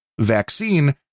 vaccine